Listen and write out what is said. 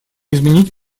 изменить